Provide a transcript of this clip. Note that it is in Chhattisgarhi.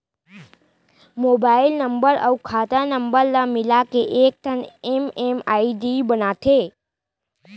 मोबाइल नंबर अउ खाता नंबर ल मिलाके एकठन एम.एम.आई.डी बनाथे